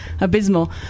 abysmal